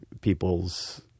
people's